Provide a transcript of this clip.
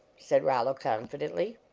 said rollo, confidently.